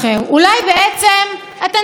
למרות העובדה שאני תמיד,